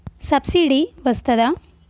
Subsidy వస్తదా?